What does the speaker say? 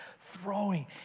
throwing